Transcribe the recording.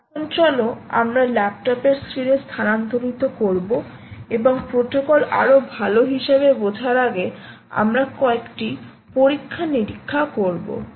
এখন চল আমরা ল্যাপটপের স্ক্রিনে স্থানান্তরিত করব এবং প্রোটোকল আরও ভাল হিসাবে বোঝার আগে আমরা কয়েকটি পরীক্ষা নিরীক্ষা করব